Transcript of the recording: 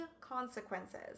consequences